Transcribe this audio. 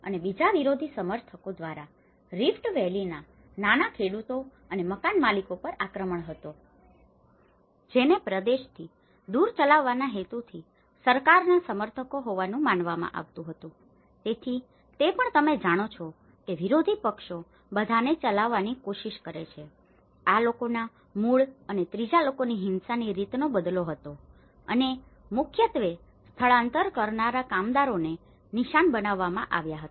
અને બીજા વિરોધી સમર્થકો દ્વારા રિફ્ટ વેલીના નાના ખેડુતો અને મકાનમાલિકો પર આક્રમણ હતો જેને પ્રદેશથી દૂર ચલાવવાના હેતુથી સરકારના સમર્થકો હોવાનું માનવામાં આવતું હતું તેથી તે પણ તમે જાણો છો કે વિરોધી પક્ષો બધાને ચલાવવાની કોશિશ કરે છે આ લોકોના મૂળ અને ત્રીજા લોકોની હિંસાની રીતનો બદલો હતો અને મુખ્યત્વે સ્થળાંતર કરનારા કામદારોને નિશાન બનાવવામાં આવ્યા હતા